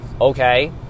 Okay